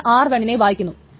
ഇത് r1 നെ വായിക്കുന്നു